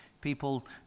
people